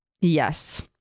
Yes